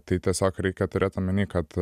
tai tiesiog reikia turėti omeny kad